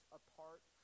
apart